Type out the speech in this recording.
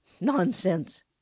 nonsense